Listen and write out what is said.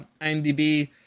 IMDb